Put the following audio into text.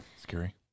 scary